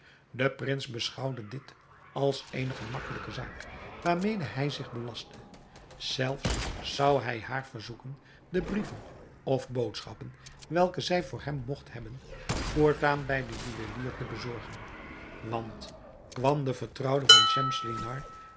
de prins beschouwde dit als eene gemakkelijke zaak waarmede hij zich belastte zelfs zou hij haar verzoeken de brieven of boodschappen welke zij voor hem mogt hebben voortaan bij den juwelier te bezorgen want kwam de vertrouwde van